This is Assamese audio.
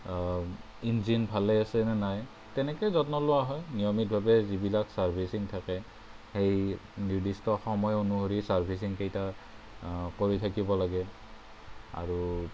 ইঞ্জিন ভালে আছে নে নাই তেনেকেই যত্ন লোৱা হয় নিয়মিতভাৱে যিবিলাক চাৰ্ভিচিং থাকে সেই নিৰ্দিষ্ট সময় অনুসৰি চাৰ্ভিচিং কেইটা কৰি থাকিব লাগে আৰু